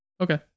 Okay